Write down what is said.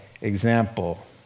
example